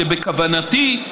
שבכוונתי,